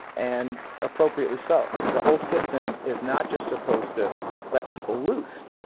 and appropriately so. the whole system is not just supposed to let people loose.